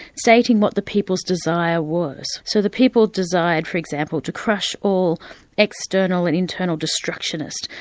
stating what the people's desire was. so the people desired for example to crush all external and internal destructionists,